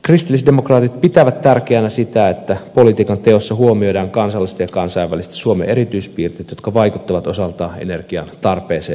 kristillisdemokraatit pitävät tärkeänä sitä että politiikan teossa huomioidaan kansallisesti ja kansainvälisesti suomen erityispiirteet jotka vaikuttavat osaltaan energian tarpeeseen